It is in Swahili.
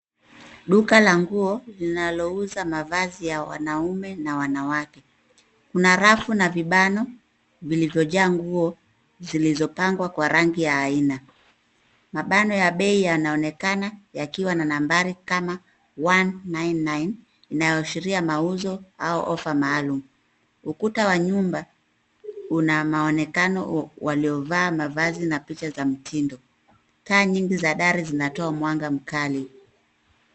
Duka la nguo linalouza mavazi ya wanaume na wanawake. Kuna rafu na vibano vilivyojaa nguo zilizopangwa kwa rangi ya aina. Mabano ya bei yanaonekana yakiwa na nambari kama one nine nine , inayoashiria mauzo au offer maalum. Ukuta wa nyumba una maonekano waliovaa mavazi na picha za mtindo. Taa nyingi za gari zinatoa mwanga mkali.